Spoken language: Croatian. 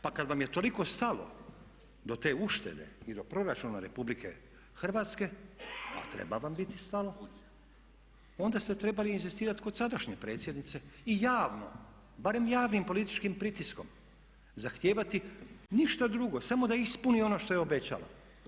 Pa kad vam je toliko stalo do te uštede i do Proračuna Republike Hrvatske, a treba vam biti stalo, onda ste trebali inzistirati kod sadašnje predsjednice i javno barem javnim političkim pritiskom zahtijevati ništa drugo samo da ispuni ono što je obećala.